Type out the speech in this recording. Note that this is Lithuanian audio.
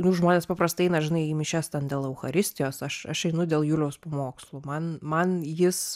nu žmonės paprastai eina žinai į mišias ten dėl eucharistijos aš aš einu dėl juliaus pamokslų man man jis